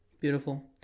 Beautiful